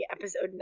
episode